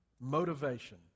motivation